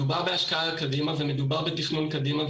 מדובר בהשקעה קדימה ומדובר בתכנון קדימה,